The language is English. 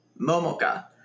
Momoka